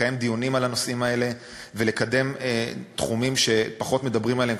לקיים דיונים על הנושאים האלה ולקדם תחומים שפחות מדברים עליהם,